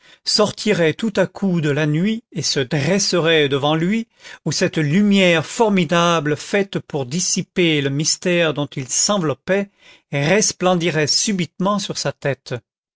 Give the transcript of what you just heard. sortirait tout à coup de la nuit et se dresserait devant lui où cette lumière formidable faite pour dissiper le mystère dont il s'enveloppait resplendirait subitement sur sa tête